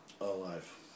Alive